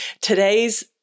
Today's